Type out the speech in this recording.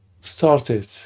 started